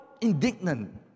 indignant